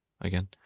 Again